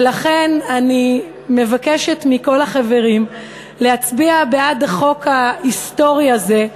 ולכן אני מבקשת מכל החברים להצביע בעד החוק ההיסטורי הזה,